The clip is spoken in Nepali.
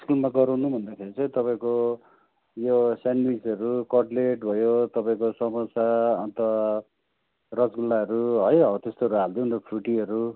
स्कुलमा गराउनु भन्दाखेरि चाहिँ तपाईँको यो सेन्डविचहरू कटलेट भयो तपाईँको समोसा अन्त रसगुल्लाहरू है हौ त्यस्तोहरू हालदिउँ न फ्रुटीहरू